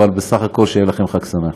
אבל בסך הכול שיהיה לכם חג שמח.